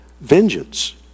vengeance